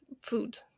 food